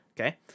Okay